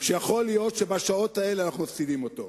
שיכול להיות שבשעות האלה אנחנו מפסידים אותו.